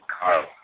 Carl